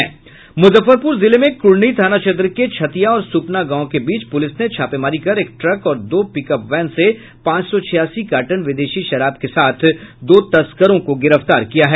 मूजफ्फरपूर जिले में कुढनी थाना क्षेत्र के छतिया और सुपना गांव के बीच पुलिस ने छापेमारी कर एक ट्रक और दो पिकअप वैन से पांच सौ छियासी कार्टन विदेशी शराब के साथ दो तस्करों को गिरफ्तार किया है